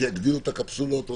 שיגדירו את הקפסולות,